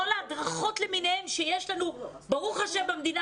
כל ההדרכות למיניהן שיש לנו וברוך השם במדינה